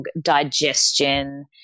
digestion